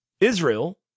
Israel—